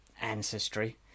ancestry